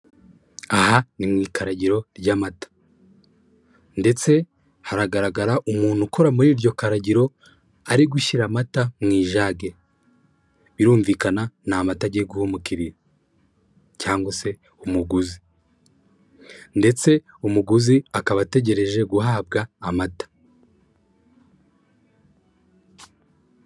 Aha ni mu ikaragiro ry'amata ndetse haragaragara umuntu ukora muri iryo karagiro, ari gushyira amata mu ijage birumvikana ni amata giye guha umukiriya cyangwa se umuguzi ndetse umuguzi akaba ategereje guhabwa amata.